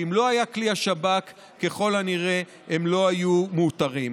ואם לא היה כלי השב"כ ככל הנראה הם לא היו מאותרים.